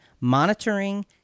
Monitoring